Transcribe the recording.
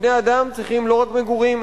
בני-אדם צריכים לא רק מגורים,